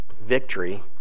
victory